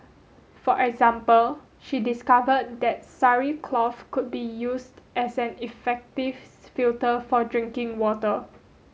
for example she discover that sari cloth could be used as an effective filter for drinking water